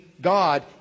God